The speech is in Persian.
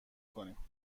کنیم